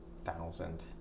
thousand